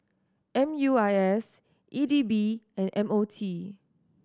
M U I S E D B and M O T